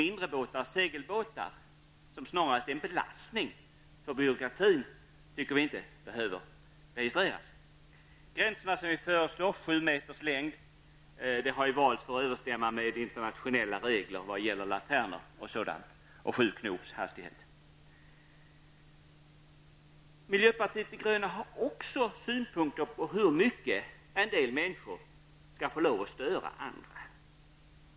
Mindre båtar och segelbåtar är däremot snarast en belastning för byråkratin och vi tycker inte att de behöver registreras. Gränserna som vi föreslår, sju meters längd och sju knops hastighet, har valts för att överensstämma med internationella regler vad gäller lanternor m.m. Miljöpartiet de gröna har också synpunkter på hur mycket en del människor skall få lov att störa andra.